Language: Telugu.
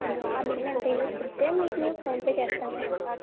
ఆ బిల్ ఎంత అయ్యిందో చెప్తే మీకు మేము ఫోన్పే చేస్తాం మేడం